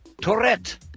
Tourette